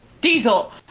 Diesel